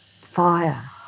fire